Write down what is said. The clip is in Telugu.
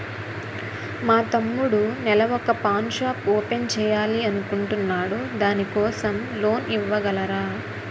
మా తమ్ముడు నెల వొక పాన్ షాప్ ఓపెన్ చేయాలి అనుకుంటునాడు దాని కోసం లోన్ ఇవగలరా?